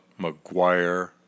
McGuire